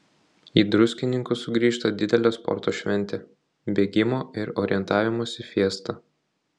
į druskininkus sugrįžta didelė sporto šventė bėgimo ir orientavimosi fiesta